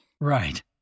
Right